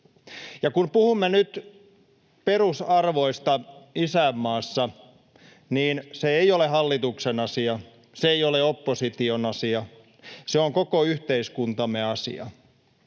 kun puhumme nyt perusarvoista isänmaassa, niin se ei ole hallituksen asia, se ei ole opposition asia, se on koko yhteiskuntamme asiaa,